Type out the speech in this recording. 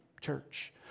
church